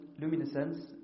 luminescence